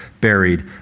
buried